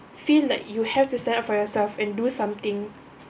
feel like you have to stand up for yourself and do something